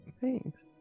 Thanks